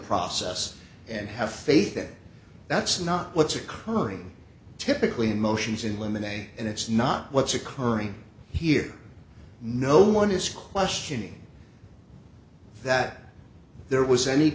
process and have faith that that's not what's occurring typically in motions in limine a and it's not what's occurring here no one is questioning that there was any